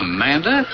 Amanda